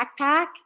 backpack